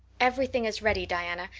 everything is ready, diana,